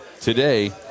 today